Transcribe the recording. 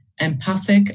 empathic